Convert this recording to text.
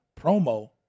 promo